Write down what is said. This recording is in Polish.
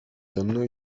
ciemno